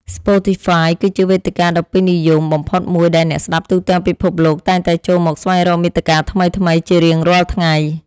ស្ប៉ូទីហ្វាយគឺជាវេទិកាដ៏ពេញនិយមបំផុតមួយដែលអ្នកស្តាប់ទូទាំងពិភពលោកតែងតែចូលមកស្វែងរកមាតិកាថ្មីៗជារៀងរាល់ថ្ងៃ។